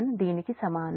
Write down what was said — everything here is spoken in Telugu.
1 దీనికి సమానం